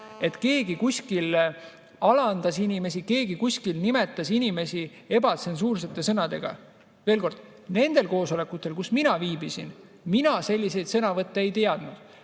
et keegi kuskil alandas inimesi, keegi kuskil nimetas inimesi ebatsensuursete sõnadega. Veel kord: nendel koosolekutel, kus mina viibisin, mina selliseid sõnavõtte ei kuulnud.